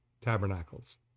Tabernacles